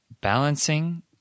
balancing